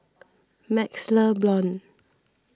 MaxLe Blond